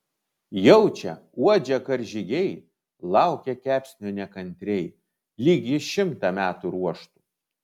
jaučia uodžia karžygiai laukia kepsnio nekantriai lyg jį šimtą metų ruoštų